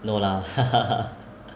no lah